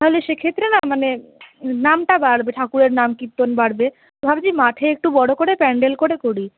তাহলে সেক্ষেত্রে না মানে নামটা বাড়বে ঠাকুরের নামকীর্তন বাড়বে তো ভাবছি মাঠে একটু বড় করে প্যান্ডেল করে করি